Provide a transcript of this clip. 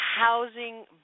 housing